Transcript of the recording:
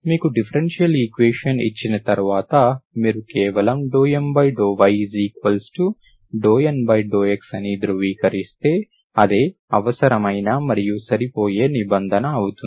మీకు differential equation ఇచ్చిన తర్వాత మీరు కేవలం ∂M∂y∂N∂x అని ధృవీకరిస్తే అదే అవసరమైన మరియు సరిపోయే నిబంధన అవుతుంది